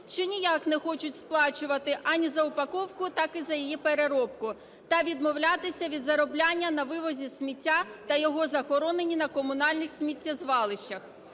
що ніяк не хочуть сплачувати ані за упаковку, так і за її переробку, та відмовлятися від заробляння на вивозі сміття та його захороненні на комунальних сміттєзвалищах.